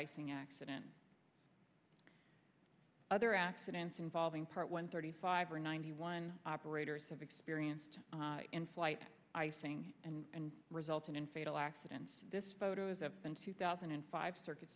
icing accident other accidents involving part one thirty five or ninety one operators have experienced in flight icing and resulted in fatal accidents this photos have been two thousand and five circuit